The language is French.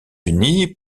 unis